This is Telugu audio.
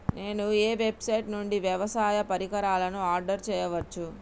నేను ఏ వెబ్సైట్ నుండి వ్యవసాయ పరికరాలను ఆర్డర్ చేయవచ్చు?